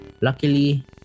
Luckily